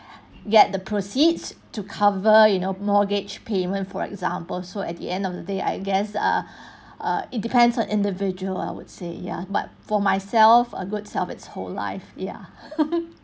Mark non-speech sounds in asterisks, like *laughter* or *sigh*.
get the proceeds to cover you know mortgage payment for example so at the end of the day I guess uh uh it depends on individual I would say ya but for myself a good self is whole life ya *laughs*